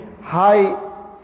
high